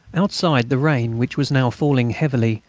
outside, the rain, which was now falling heavily,